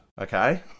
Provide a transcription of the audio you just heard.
okay